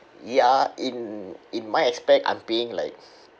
ya in in my aspect I'm paying like